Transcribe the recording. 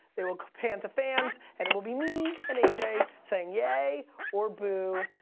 they will pan to fans and it will be me and a j. saying yay or boo.